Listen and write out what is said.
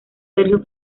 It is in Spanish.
sergio